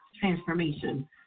transformation